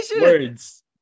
words